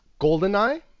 Goldeneye